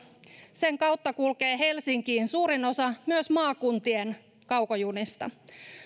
sen kautta kulkee helsinkiin suurin osa myös maakuntien kaukojunista